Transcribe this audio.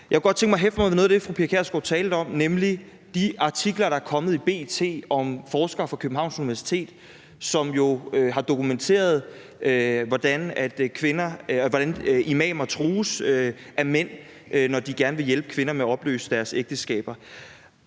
Jeg kunne godt tænke mig at hæfte mig ved noget af det, fru Pia Kjærsgaard talte om, nemlig de artikler, der er kommet i B.T., om forskere fra Københavns Universitet, som jo har dokumenteret, hvordan imamer trues af mænd, når de gerne vil hjælpe kvinder med at opløse deres ægteskaber.